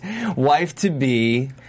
wife-to-be